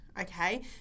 okay